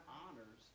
honors